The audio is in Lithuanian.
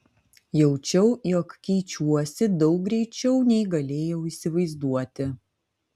jaučiau jog keičiuosi daug greičiau nei galėjau įsivaizduoti